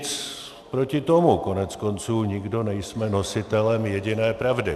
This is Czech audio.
Nic proti tomu, koneckonců nikdo nejsme nositelem jediné pravdy.